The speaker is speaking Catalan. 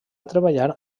treballar